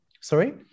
Sorry